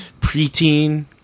preteen